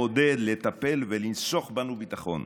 לעודד, לטפל ולנסוך בנו ביטחון.